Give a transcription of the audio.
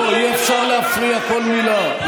לא, אי-אפשר להפריע כל מילה.